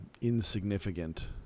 insignificant